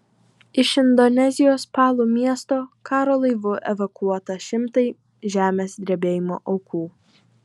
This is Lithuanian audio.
iš indonezijos palu miesto karo laivu evakuota šimtai žemės drebėjimo aukų